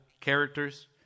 characters